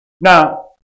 Now